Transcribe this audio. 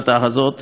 שהאו"ם רואה